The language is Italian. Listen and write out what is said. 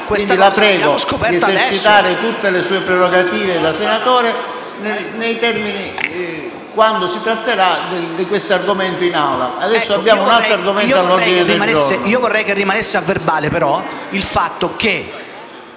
la prego di esercitare tutte le sue prerogative da senatore quando si tratterà di questo argomento in Aula. Adesso abbiamo un altro argomento all'ordine del giorno.